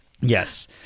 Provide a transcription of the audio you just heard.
Yes